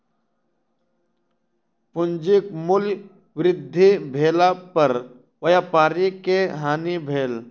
पूंजीक मूल्य वृद्धि भेला पर व्यापारी के हानि भेल